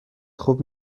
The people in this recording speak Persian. خوب